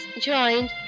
joined